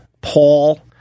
Paul